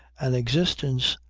an existence,